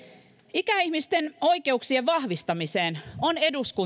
ikäihmisten oikeuksien vahvistamiseen on eduskunta